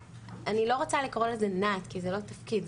אני לא רוצה לקרוא לזה נע"ת כי זה לא תפקיד,